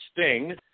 sting